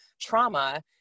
trauma